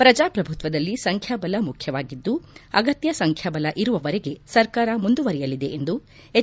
ಪ್ರಜಾಪ್ರಭುತ್ವದಲ್ಲಿ ಸಂಖ್ಯಾಬಲ ಮುಖ್ಯವಾಗಿದ್ದು ಅಗತ್ಯ ಸಂಖ್ಯಾಬಲ ಇರುವವರೆಗೆ ಸರ್ಕಾರ ಮುಂದುವರೆಯಲಿದೆ ಎಂದು ಎಚ್